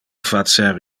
facer